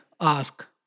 ask